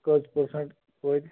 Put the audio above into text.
کٔژ پٔرسَنٛٹ توتہِ